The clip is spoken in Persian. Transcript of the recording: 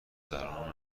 درون